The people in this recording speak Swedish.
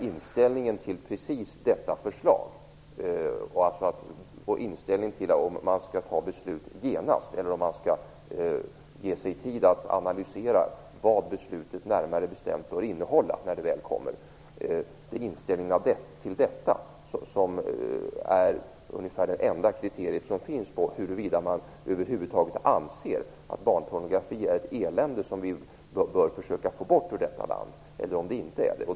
Inställningen till precis detta förslag och till om man skall fatta beslut genast eller om man skall ge sig tid att analysera vad beslutet närmare bestämt bör innehålla har varit det enda kriteriet på huruvida man över huvud taget anser eller inte anser att barnpornografi är ett elände som vi måste försöka att få bort från detta land.